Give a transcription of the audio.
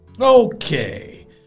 Okay